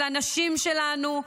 של הנשים שלנו,